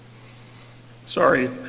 Sorry